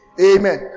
Amen